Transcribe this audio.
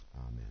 Amen